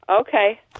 Okay